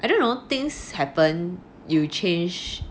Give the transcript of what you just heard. and then all things happen you change